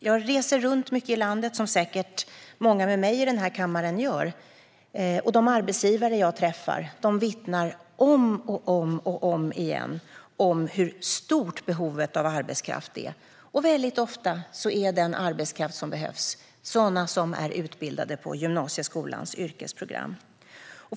Jag och säkert många med mig i den här kammaren reser runt mycket i landet. De arbetsgivare som jag träffar vittnar om och om igen om hur stort behovet av arbetskraft är. Väldigt ofta behövs det sådan arbetskraft som är utbildad på gymnasieskolans yrkesprogram.